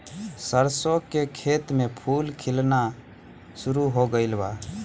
सरसों के खेत में फूल खिलना शुरू हो गइल बा